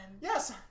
Yes